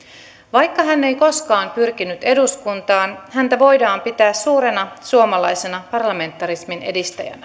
vaikka hän ei koskaan pyrkinyt eduskuntaan häntä voidaan pitää suurena suomalaisena parlamentarismin edistäjänä